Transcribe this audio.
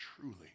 truly